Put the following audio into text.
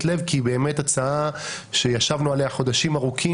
לב כי היא באמת הצעה שישבנו עליה חודשים ארוכים